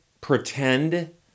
pretend